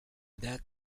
that